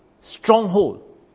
stronghold